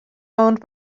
owned